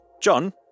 John